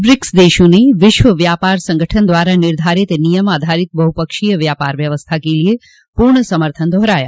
BRICS देशों ने विश्व व्यापार संगठन द्वारा निर्धारित नियम आधारित बहुपक्षीय व्यापार व्यवस्था के लिए पूर्ण समर्थन दोहराया